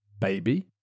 baby